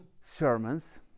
sermons